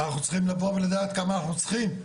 אנחנו צריכים לבוא ולדעת כמה אנחנו צריכים.